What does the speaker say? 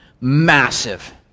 Massive